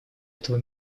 этого